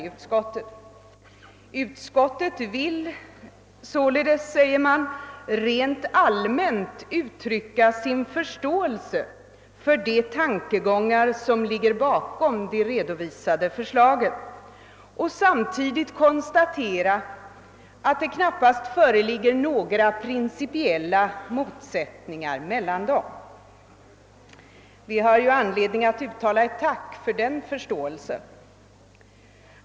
Sålunda skriver utskottet bl.a. följande: » Utskottet vill rent allmänt uttrycka sin förståelse för de tankegångar som ligger bakom de här redovisade förslagen och samtidigt konstatera att det knappast föreligger några principiella motsättningar mellan dem ———.» Vi har anledning att uttala ett tack för den förståelsen.